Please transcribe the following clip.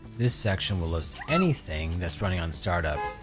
this section will list anything that's running on startup.